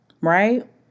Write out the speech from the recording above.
right